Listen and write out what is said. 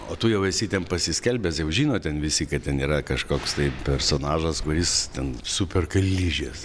o tu jau esi ten pasiskelbęs jau žino ten visi kad ten yra kažkoks tai personažas kuris ten superka ližes